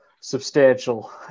substantial